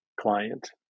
client